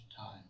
time